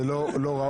זה לא ראוי.